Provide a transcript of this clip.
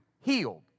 healed